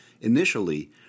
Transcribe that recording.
Initially